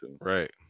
Right